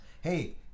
hey